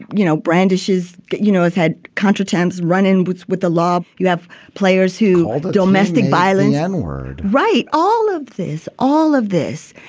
you know, brandishes you know, has had countertenors run ins with with the law. you have players who are domestic violence, n-word. right. all of this, all of this.